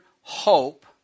hope